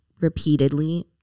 repeatedly